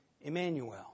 Emmanuel